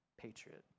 Patriot